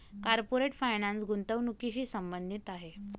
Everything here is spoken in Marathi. कॉर्पोरेट फायनान्स गुंतवणुकीशी संबंधित आहे